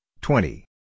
twenty